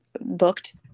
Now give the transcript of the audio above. booked